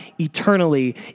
eternally